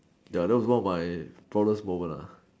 ya that was one of my proudest moment nah